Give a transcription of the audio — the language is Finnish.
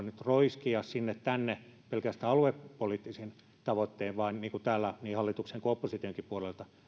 nyt sanoa roiskia sinne tänne pelkästään aluepoliittisin tavoittein vaan niin kuin täällä niin hallituksen kuin oppositionkin puolelta